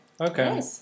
Okay